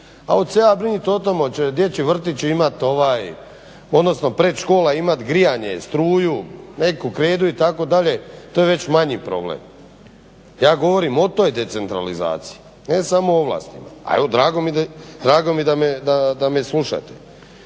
li se ja brinut o tome hoće dječji vrtić odnosno predškola imat grijanje, struju, neku kredu itd., to je već manji problem. Ja govorim o toj decentralizaciji, ne samo ovlasti, a evo drago mi je da me slušate.